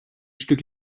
stück